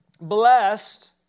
blessed